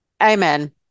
Amen